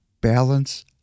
Balance